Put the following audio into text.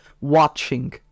watching